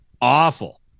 Awful